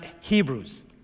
Hebrews